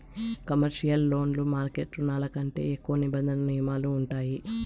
commercial లోన్లు market రుణాల కంటే ఎక్కువ నిబంధనలు నియమాలు ఉంటాయి